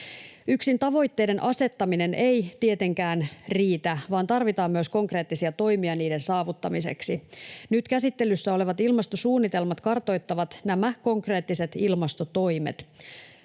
Yksin tavoitteiden asettaminen ei tietenkään riitä, vaan tarvitaan myös konkreettisia toimia niiden saavuttamiseksi. Nyt käsittelyssä olevat ilmastosuunnitelmat kartoittavat nämä konkreettiset ilmastotoimet.